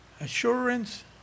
assurance